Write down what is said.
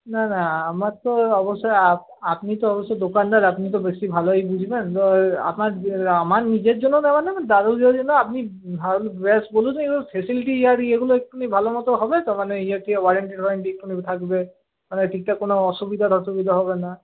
না না আমার তো অবশ্যই আপনি আপনি তো অবশ্য দোকানদার আপনি তো বেশি ভালোই বুঝবেন আপনার আমার নিজের জন্য নেওয়া না আমার দাদু দিদার জন্য আপনি ভালো বেশ বলুন যে ফেসিলিটি আর ইয়েগুলো একটু ভালো মত হবে তো মানে ইয়ে ওয়ারান্টি টোয়ারান্টি একটু থাকবে মানে ঠিক ঠাক কোন অসুবিধা টসুবিধা হবে না